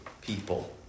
people